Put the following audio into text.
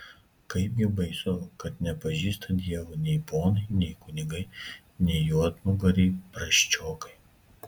kaipgi baisu kad nepažįsta dievo nei ponai nei kunigai nei juodnugariai prasčiokai